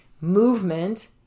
Movement